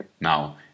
Now